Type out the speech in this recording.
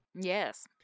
yes